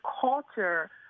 culture